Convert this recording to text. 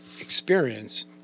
experience